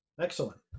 Excellent